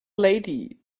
lady